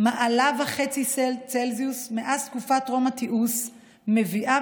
מעלה וחצי צלזיוס מאז תקופת טרום התיעוש מביאה